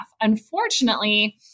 Unfortunately